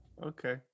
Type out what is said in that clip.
okay